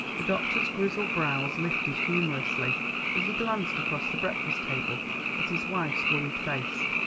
the doctor's grizzled brows lifted humorously as he glanced across the breakfast table at his wife's worried face.